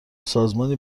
سازمانی